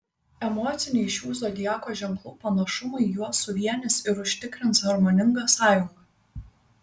emociniai šių zodiako ženklų panašumai juos suvienys ir užtikrins harmoningą sąjungą